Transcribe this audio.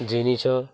ଜିନିଷ